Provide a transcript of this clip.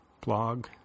blog